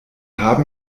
haben